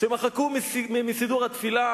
שמחקו מסידור התפילה